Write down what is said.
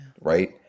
Right